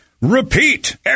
repeat